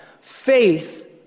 faith